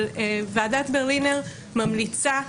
אבל ועדת ברלינר ממליצה,